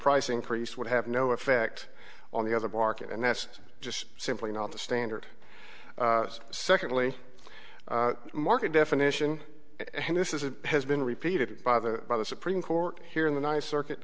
price increase would have no effect on the other market and that's just simply not the standard secondly market definition and this is it has been repeated by the by the supreme court here in the ny circuit